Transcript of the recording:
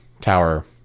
tower